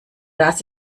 das